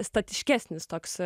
statiškesnis toks